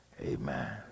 Amen